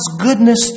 goodness